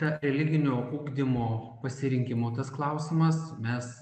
ta eliginio ugdymo pasirinkimo tas klausimas mes